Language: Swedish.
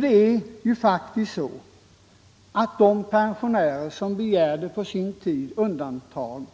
Det är faktiskt så att de pensionärer som på sin tid begärde undantag